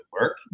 work